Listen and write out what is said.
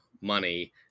money